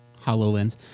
HoloLens